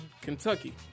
Kentucky